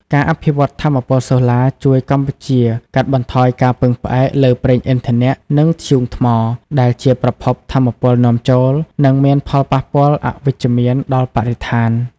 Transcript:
ការអភិវឌ្ឍថាមពលសូឡាជួយកម្ពុជាកាត់បន្ថយការពឹងផ្អែកលើ ប្រេងឥន្ធនៈ និងធ្យូងថ្ម ដែលជាប្រភពថាមពលនាំចូល និងមានផលប៉ះពាល់អវិជ្ជមានដល់បរិស្ថាន។